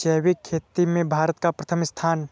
जैविक खेती में भारत का प्रथम स्थान